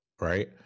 right